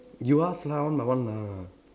you ask lah one by one ah